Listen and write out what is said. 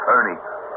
Ernie